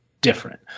different